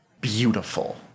beautiful